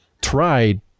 tried